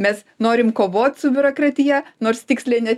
mes norim kovot su biurokratija nors tiksliai net